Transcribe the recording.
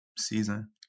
season